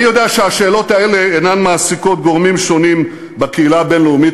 אני יודע שהשאלות האלה אינן מעסיקות גורמים שונים בקהילה הבין-לאומית,